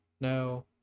No